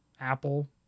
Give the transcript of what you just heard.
Apple